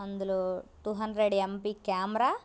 అందులో two hundred M P camera